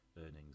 earnings